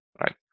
right